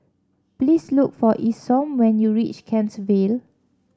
please look for Isom when you reach Kent Vale